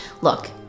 look